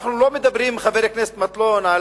אנחנו לא מדברים, חבר הכנסת דנון,